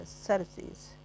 services